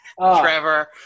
Trevor